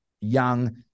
young